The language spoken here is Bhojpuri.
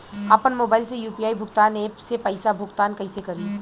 आपन मोबाइल से यू.पी.आई भुगतान ऐपसे पईसा भुगतान कइसे करि?